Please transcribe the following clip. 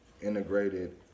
integrated